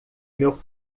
meu